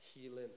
healing